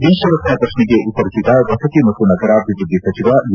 ಈತ್ವರಪ್ಪ ಪ್ರಕ್ಷೆಗೆ ಉತ್ತರಿಸಿದ ವಸತಿ ಮತ್ತು ನಗರಾಭಿವೃದ್ಧಿ ಸಚಿವ ಯು